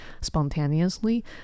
spontaneously